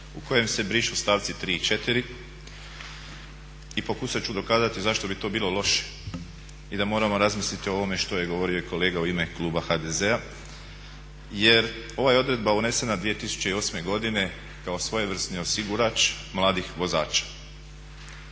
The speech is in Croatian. u kojem se brišu stavci 3. i 4. i pokušati ću dokazati zašto bi to bilo loše i da moramo razmisliti o ovome što je govorio i kolega u ime kluba HDZ-a. Jer, ova je odredba unesena 2008. godine kao svojevrsni osigurač mladih vozača.